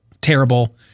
terrible